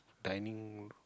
dining